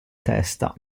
testa